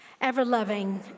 Ever-loving